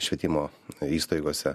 švietimo įstaigose